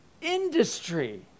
industry